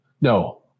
No